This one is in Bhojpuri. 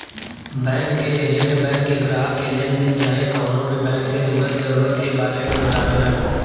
बैंक के एजेंट बैंक के ग्राहक के लेनदेन चाहे कवनो भी बैंक से जुड़ल जरूरत के बारे मे बतावेलन